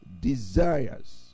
desires